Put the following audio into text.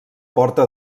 porta